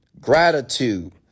gratitude